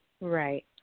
Right